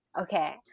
Okay